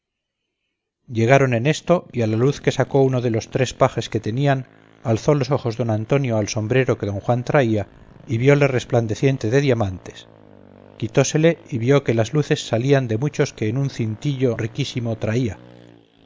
llegaron en esto y a la luz que sacó uno de tres pajes que tenían alzó los ojos don antonio al sombrero que don juan traía y viole resplandeciente de diamantes quitósele y vio que las luces salían de muchos que en un cintillo riquísimo traía